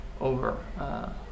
over